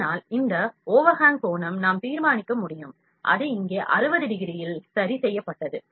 அதனால்இந்த overhang கோணம் நாம் தீர்மானிக்க முடியும் அது இங்கே 60 டிகிரியில் சரி செய்யப்பட்டது